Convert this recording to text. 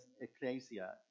ecclesia